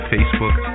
Facebook